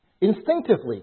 Instinctively